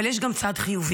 אבל יש גם צד חיובי: